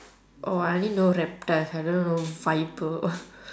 oh I only know reptiles I don't even know viper